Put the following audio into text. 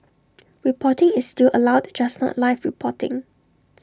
reporting is still allowed just not live reporting